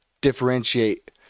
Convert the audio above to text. differentiate